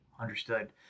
understood